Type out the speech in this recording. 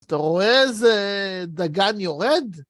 אתה רואה איזה דגן יורד?